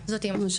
זאת אימא.